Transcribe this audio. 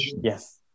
Yes